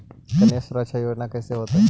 कन्या सुरक्षा योजना कैसे होतै?